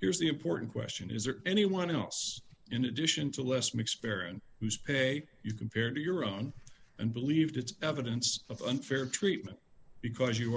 here's the important question is there anyone else in addition to less mcfarren whose pay you compared to your own and believed it's evidence of unfair treatment because you